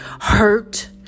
Hurt